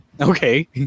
Okay